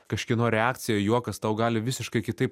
kažkieno reakcija juokas tau gali visiškai kitaip